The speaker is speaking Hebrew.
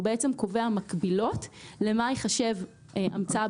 הוא בעצם קובע מקבילות למה ייחשב המצאה